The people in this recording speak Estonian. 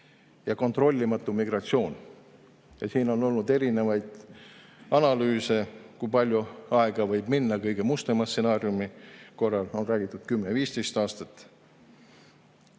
ja kontrollimatu migratsioon. Ja siin on olnud erinevaid analüüse, kui palju aega võib minna kõige mustema stsenaariumi korral, on räägitud 10–15 aastast.